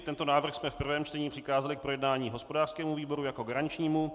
Tento návrh jsme v prvém čtení přikázali k projednání hospodářskému výboru jako garančnímu.